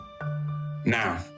Now